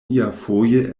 iafoje